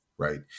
right